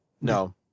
No